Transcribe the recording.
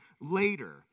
later